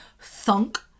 thunk